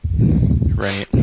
Right